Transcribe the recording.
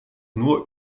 nur